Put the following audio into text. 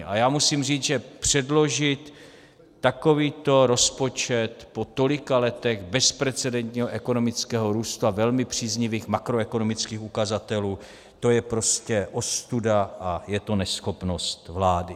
A já musím říct, že předložit takový rozpočet po tolika letech bezprecedentního ekonomického růstu a velmi příznivých makroekonomických ukazatelů, to je prostě ostuda a je to neschopnost vlády.